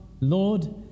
Lord